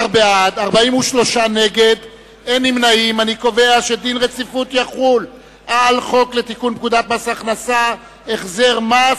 רצונה להחיל דין רציפות על הצעת חוק לתיקון פקודת מס הכנסה (החזר מס),